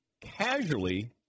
casually